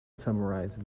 summarized